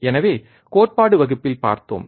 எனவே கோட்பாடு வகுப்பில் பார்த்தோம்